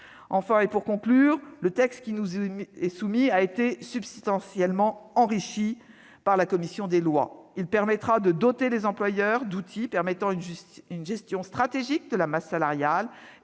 et efficace. Le texte qui nous est soumis a été substantiellement enrichi par la commission des lois. Il permettra de doter les employeurs d'outils rendant possible une gestion stratégique de la masse salariale,